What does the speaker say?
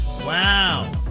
Wow